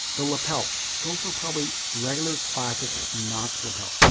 the lapels, go for probably regular classic notch lapels.